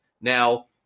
now